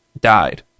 died